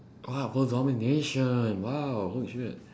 !wow! world domination !wow! holy shit